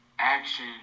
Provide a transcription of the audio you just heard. action